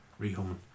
rehoming